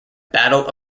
battle